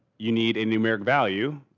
you need a numeric value,